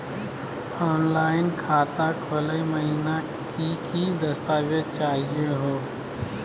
Online खाता खोलै महिना की की दस्तावेज चाहीयो हो?